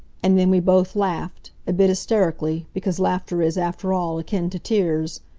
and then we both laughed, a bit hysterically, because laughter is, after all, akin to tears.